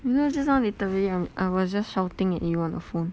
you know just now literally I'm I was just shouting at you on the phone